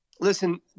Listen